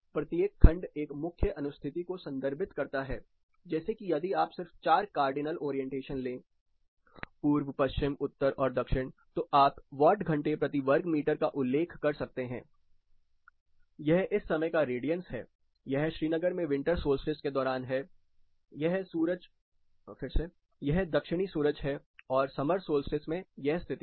प्रत्येक खंड एक मुख्य अनुस्थिति को संदर्भित करता है जैसे कि यदि आप सिर्फ 4 कार्डिनल ओरियंटेशन ले पूर्व पश्चिम उत्तर और दक्षिण तो आप वाट घंटे प्रति वर्ग मीटर का उल्लेख कर सकते हैं यह इस समय का रेडियंस है यह श्रीनगर में विंटर सोल्स्टिस के दौरान है यह दक्षिणी सूरज है और समर सोल्स्टिस में यह स्थिति है